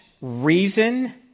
reason